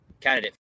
candidate